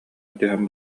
түһэн